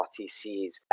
rtcs